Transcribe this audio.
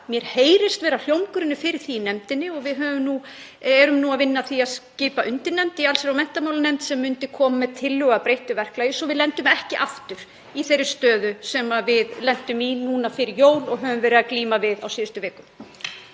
Mér heyrist vera hljómgrunnur fyrir því í nefndinni og við erum nú að vinna að því að skipa undirnefnd í allsherjar- og menntamálanefnd sem myndi koma með tillögu að breyttu verklagi svo að við lendum ekki aftur í þeirri stöðu sem við lentum í nú fyrir jól og höfum verið að glíma við á síðustu vikum.